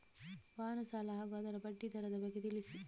ವಾಹನ ಸಾಲ ಹಾಗೂ ಅದರ ಬಡ್ಡಿ ದರದ ಬಗ್ಗೆ ತಿಳಿಸಿ?